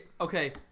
Okay